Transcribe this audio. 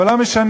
אבל לא משנה.